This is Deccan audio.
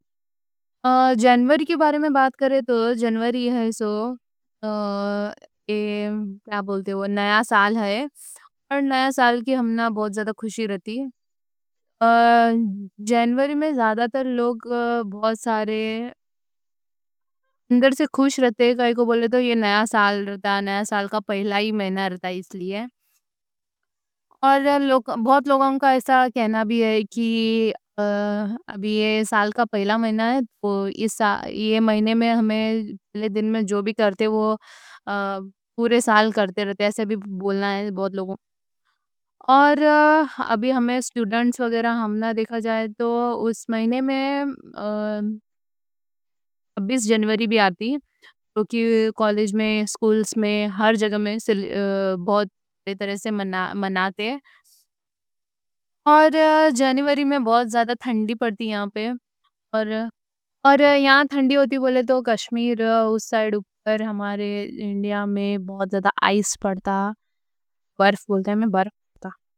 جنوری کے بارے میں بات کریں تو جنوری ہے تو یہ نیا۔ سال ہے اور نیا سال کی ہمنا بہت زیادہ۔ خوشی رہتی ہے جنوری میں، زیادہ تر لوگ بہت سارے اندر سے خوش رہتے، کائیں کوں بولے تو نیا سال رہتا، نیا سال کا پہلا مہینہ رہتا۔ اور بہت لوگوں کا ایسا کہنا بھی ہے۔ کہ آ ابھی یہ سال کا پہلا مہینہ ہے اور یہ مہینے میں پہلے دن میں جو بھی کرتے وہ آ پورے سال کرتے رہتے، ایسے بھی بولتے۔ بولنا ہے اور لوگوں کا اور ابھی ہم اسٹوڈنٹس وغیرہ ہمنا دیکھا جائے تو۔ اس مہینے میں آ چھبیس جنوری بھی آتی ہے۔ جو کہ کالج میں، اسکولز میں، ہر جگہ میں بہت اچھی طرح سے مناتے مناتے ہیں اور جنوری میں بہت زیادہ ٹھنڈی پڑتی۔ یہاں ٹھنڈی ہوتی بولے تو ہمارے کشمیر میں، انڈیا میں بہت زیادہ آئس پڑتا۔ برف پڑتا۔